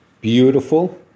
Beautiful